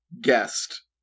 guest